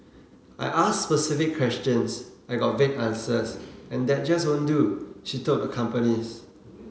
I asked specific questions I got vague answers and that just won't do she told the companies